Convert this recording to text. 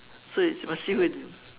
so it's must see who it